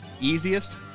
easiest